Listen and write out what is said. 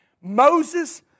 Moses